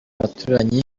abaturanyi